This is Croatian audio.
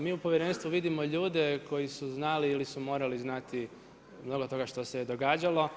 Mi u povjerenstvu vidimo ljude koji su znali ili su morali znati mnogo toga što se je događalo.